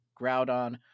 groudon